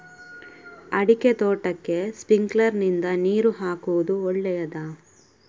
ಅಡಿಕೆ ತೋಟಕ್ಕೆ ಸ್ಪ್ರಿಂಕ್ಲರ್ ನಿಂದ ನೀರು ಹಾಕುವುದು ಒಳ್ಳೆಯದ?